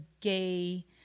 gay